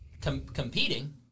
competing